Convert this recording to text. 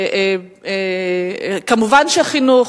וכמובן חינוך.